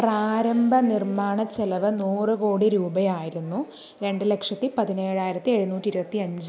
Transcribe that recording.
പ്രാരംഭ നിർമാണ ചെലവ് നൂറ് കോടി രൂപയായിരുന്നു രണ്ട് ലക്ഷത്തി പതിനേഴായിരത്തി എഴുനൂറ്റി ഇരുപത്തിയഞ്ച്